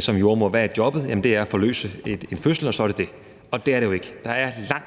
som jordemoder. Hvad er jobbet? Jamen det er at forløse en fødsel, og så er det det. Og det er det jo ikke. Der er langt,